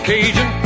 Cajun